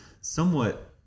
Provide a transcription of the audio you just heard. somewhat